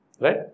Right